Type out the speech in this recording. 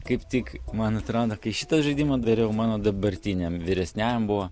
kaip tik man atrodo kai šitą žaidimą dariau mano dabartiniam vyresniajam buvo